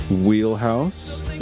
wheelhouse